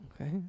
Okay